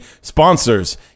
sponsors